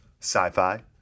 sci-fi